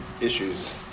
issues